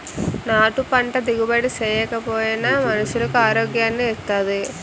నాటు పంట దిగుబడి నేకపోయినా మనుసులకు ఆరోగ్యాన్ని ఇత్తాది